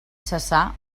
cessar